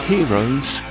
Heroes